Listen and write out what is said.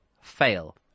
fail